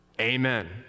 Amen